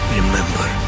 remember